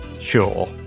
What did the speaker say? sure